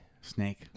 Snake